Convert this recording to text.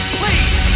please